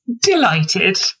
delighted